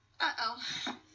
uh-oh